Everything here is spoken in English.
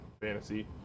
fantasy